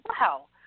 wow